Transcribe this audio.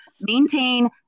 maintain